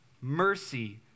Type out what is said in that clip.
Mercy